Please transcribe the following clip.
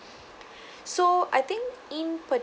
so I think in